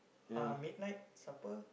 ah midnight supper